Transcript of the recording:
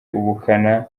ubukana